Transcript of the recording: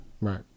Right